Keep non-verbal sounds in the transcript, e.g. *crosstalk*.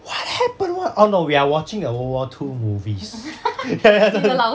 what happened what oh no we are watching a world war two movies *laughs*